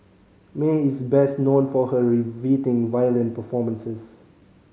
Mae is best known for her riveting violin performances